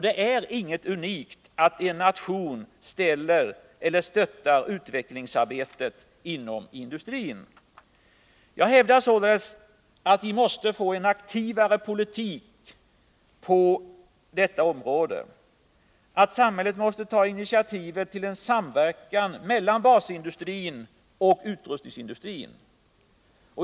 Det är ingenting unikt att en nation stöttar utvecklingsarbetet inom industrin. Jag hävdar således att vi måste få en aktivare politik på detta område, att samhället måste ta initiativet till en samverkan mellan basindustrin och utrustningsindustrin.